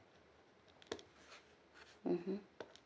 mmhmm